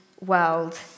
world